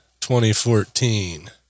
2014